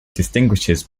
distinguishes